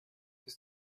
ist